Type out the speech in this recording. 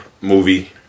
movie